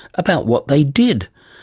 about what they did?